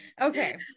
okay